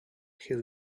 his